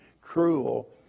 cruel